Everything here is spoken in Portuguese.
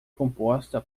composta